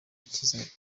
kiza